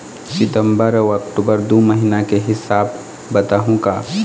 सितंबर अऊ अक्टूबर दू महीना के हिसाब बताहुं का?